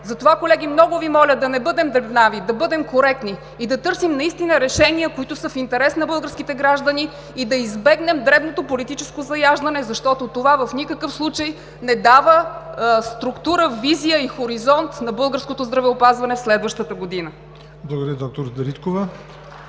Затова, колеги, много Ви моля да не бъдем дребнави, да бъдем коректни и да търсим наистина решения, които са в интерес на българските граждани и да избегнем дребното политическо заяждане, защото това в никакъв случай не дава структура, визия и хоризонт на българското здравеопазване следващата година.